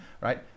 right